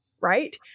right